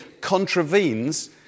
contravenes